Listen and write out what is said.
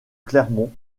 clermont